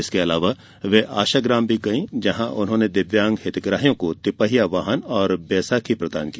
इसके अलावा वे आशाग्राम भी गयी जहां उन्होंने दिव्यांग हितग्राहियों को तिपहिया वाहन और बैसाखी प्रदान की